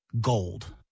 gold